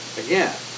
again